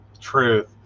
Truth